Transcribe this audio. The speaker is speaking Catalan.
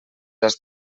has